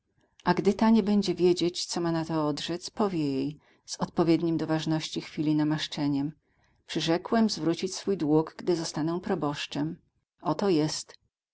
a gdy ta nie będzie wiedzieć co ma na to odrzec powie jej z odpowiednim do ważności chwili namaszczeniem przyrzekłem zwrócić swój dług gdy zostanę proboszczem oto jest